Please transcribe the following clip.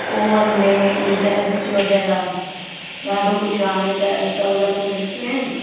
oven में इहो sandwich वग़ैरह ॾाढो कुझु हाणे त सहुलियतूं निकितियूं आहिनि